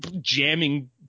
jamming